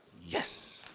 yes.